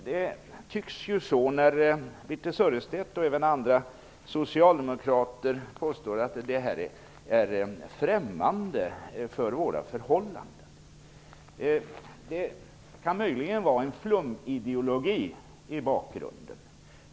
Det tycks ju vara så när Birthe Sörestedt och även andra socialdemokrater påstår att det här är främmande för våra förhållanden. Det kan möjligen finnas en flumideologi i bakgrunden.